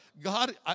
God